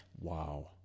Wow